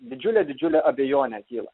didžiulė didžiulė abejonė kyla